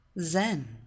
Zen